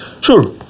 Sure